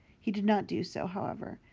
he did not do so, however,